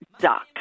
Duck